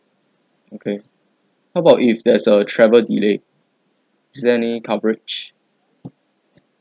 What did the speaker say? okay how about if there's a travel delay is there any coverage